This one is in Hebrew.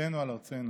זכותנו על ארצנו,